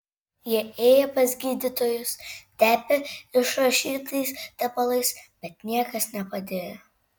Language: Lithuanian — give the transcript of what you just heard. jie ėję pas gydytojus tepę išrašytais tepalais bet niekas nepadėjo